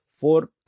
four